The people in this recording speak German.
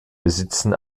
besitzen